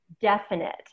definite